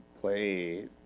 play